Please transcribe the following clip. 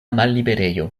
malliberejo